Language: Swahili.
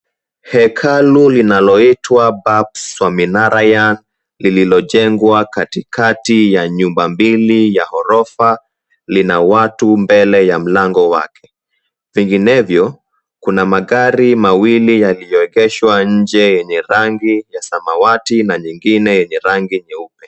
Hekalu linaloitwa Baps Swaminarayan lililojengwa katikati ya nyumba mbili ya ghorofa lina watu mbele ya mlango wake. Vinginevyo kuna magari mawili yaliyoegeshwa nje yenye rangi ya samawati na nyingine yenye rangi nyeupe.